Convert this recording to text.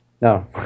No